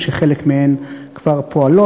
ושחלק מהן כבר פועלות.